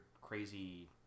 crazy